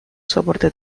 soporte